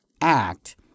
act